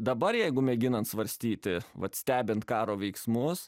dabar jeigu mėginant svarstyti vat stebint karo veiksmus